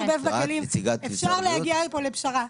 אפשר להגיע כאן לפשרה.